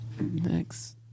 next